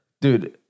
Dude